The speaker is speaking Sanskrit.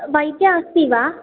वैद्यः अस्ति वा